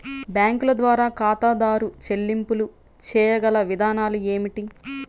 బ్యాంకుల ద్వారా ఖాతాదారు చెల్లింపులు చేయగల విధానాలు ఏమిటి?